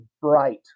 bright